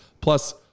Plus